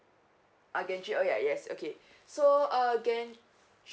I N G oh ya yes okay so again